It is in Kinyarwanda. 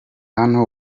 hano